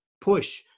push